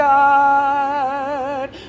God